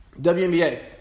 WNBA